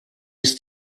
ist